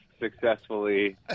successfully